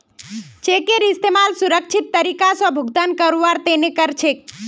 चेकेर इस्तमाल सुरक्षित तरीका स भुगतान करवार तने कर छेक